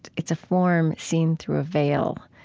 it's a form seen through a veil.